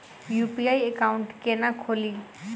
UPI account केना खोलि?